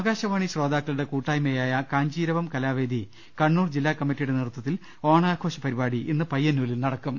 ആകാശവാണി ശ്രോതാക്കളുടെ കൂട്ടായ്മയായ കാഞ്ചീ രവം കലാവേദി കണ്ണൂർ ജില്ലാ കമ്മിറ്റിയുടെ നേതൃത്വത്തിൽ ഓണാഘോഷ പരിപാടി ഇന്ന് പ്രയ്യന്നൂരിൽ നടക്കും